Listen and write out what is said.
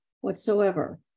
whatsoever